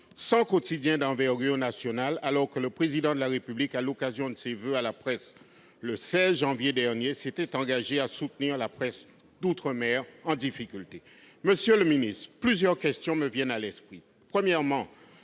sans quotidien d'envergure, alors que le Président de la République, à l'occasion de ses voeux à la presse le 16 janvier dernier, s'était engagé à soutenir la presse d'outre-mer en difficulté. Monsieur le secrétaire d'État, plusieurs questions me viennent à l'esprit. Premièrement,